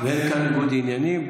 ואין כאן ניגוד עניינים,